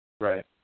Right